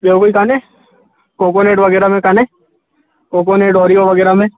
ॿियो कोई कान्हे कोकोनेट वग़ैरह में का कोकोनेट ओरियो वग़ैरह में